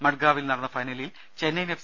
മഡ്ഗാവിൽ നടന്ന ഫൈനലിൽ ചെന്നൈയിൻ എഫ്